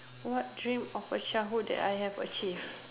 what dream of a childhood that I have achieved